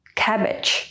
cabbage